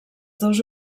dos